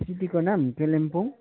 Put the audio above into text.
सिटीको नाम कालिम्पोङ